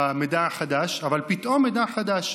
במידע החדש, אבל פתאום מידע חדש.